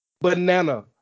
banana